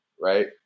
right